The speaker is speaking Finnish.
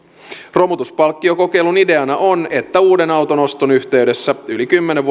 romutuspalkkiokokeilun ideana on että uuden auton oston yhteydessä yli kymmenen